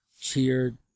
Cheered